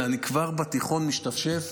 אלא אני כבר בתיכון משתפשף,